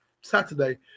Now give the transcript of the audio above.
Saturday